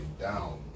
down